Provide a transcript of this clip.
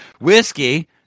whiskey